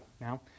now